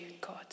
God